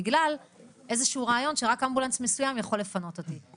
בגלל איזשהו רעיון שרק אמבולנס מסוים יכול לפנות אותי.